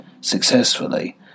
successfully